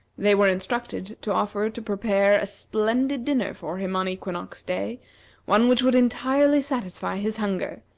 they were instructed to offer to prepare a splendid dinner for him on equinox day one which would entirely satisfy his hunger.